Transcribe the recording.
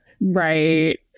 Right